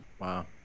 wow